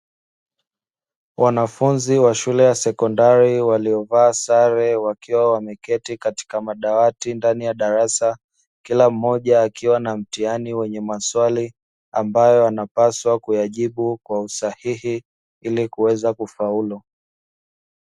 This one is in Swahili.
Wanafunzi wa shule ya sekondari waliovaa sare wakiwa wameketi katika madawati ndani ya darasa, kila mmoja akiwa na mtihani wenye maswali ambayo anapaswa kuyajibu kwa usahihi, ili kuweza kufaulu.